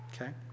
okay